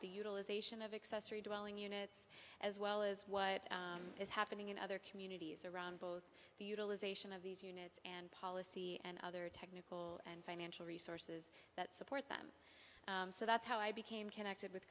the utilization of accessory dwelling units as well as what is happening in other communities around both the utilization of these units and policy and other technical and financial resources that support them so that's how i became connected with